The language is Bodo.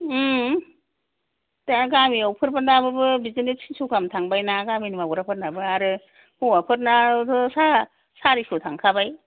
दा गामियावफोरनाब्लाबो बिदिनो तिनस' गाहाम थांबायना गामिनि मावग्राफोरनाबो आरो हौवाफोरनाथ' सारिस' थांखाबाय